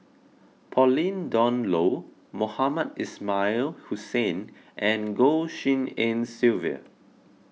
Pauline Dawn Loh Mohamed Ismail Hussain and Goh Tshin En Sylvia